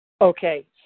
Okay